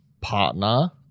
partner